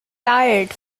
tired